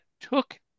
took